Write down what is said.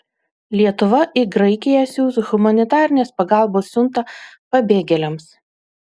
lietuva į graikiją siųs humanitarinės pagalbos siuntą pabėgėliams